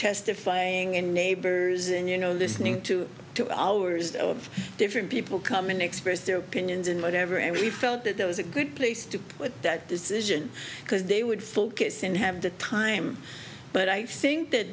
testifying and neighbors and you know this to two hours of different people come and express their opinions and whatever and we felt that that was a good place to put that this isn't because they would focus and have the time but i think that